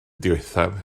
ddiwethaf